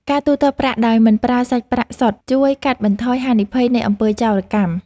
ការទូទាត់ប្រាក់ដោយមិនប្រើសាច់ប្រាក់សុទ្ធ ជួយកាត់បន្ថយហានិភ័យនៃអំពើចោរកម្ម។